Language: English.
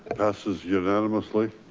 passes unanimously.